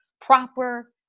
proper